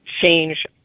change